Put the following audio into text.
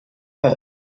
hurt